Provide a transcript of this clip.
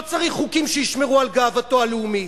לא צריך חוקים שישמרו על גאוותו הלאומית.